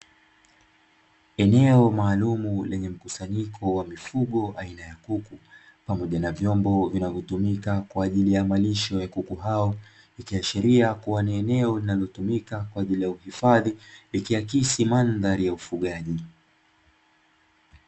Eneo maalumu lenye mkusanyiko wa mifugo aina ya kuku Pamoja na vyombo vinavyotumika kwa ajili ya malisho ya kuku hao, wiki ya sheria kuwa ni eneo linalotumika kwa ajili ya uhifadhi ikiakisi mandhari ya ufugaji.